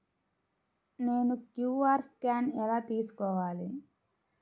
నేను QR scan ఎలా తీసుకోవాలి?